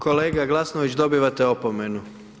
Kolega Glasnović, dobivate opomenu.